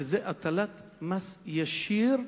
וזאת הטלת מס ישיר,